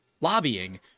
lobbying